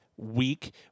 week